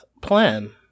plan